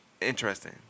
interesting